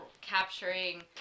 capturing